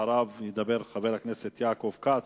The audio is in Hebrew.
אחריו ידבר חבר הכנסת יעקב כץ,